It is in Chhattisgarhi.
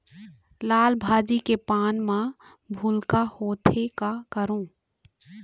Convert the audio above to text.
लाल भाजी के पान म भूलका होवथे, का करों?